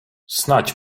snadź